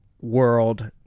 world